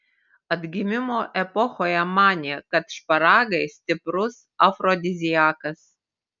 atgimimo epochoje manė kad šparagai stiprus afrodiziakas